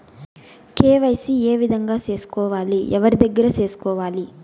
KYC ఏ విధంగా సేసుకోవాలి? ఎవరి దగ్గర సేసుకోవాలి?